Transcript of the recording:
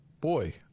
boy